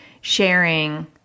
sharing